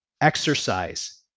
Exercise